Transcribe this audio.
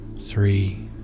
three